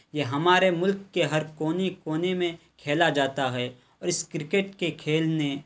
یہ ہمارے ملک کے ہر کونے کونے میں کھیلا جاتا ہے اور اس کرکٹ کے کھیلنے